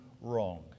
wrong